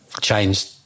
changed